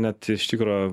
net iš tikro